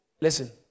listen